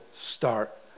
start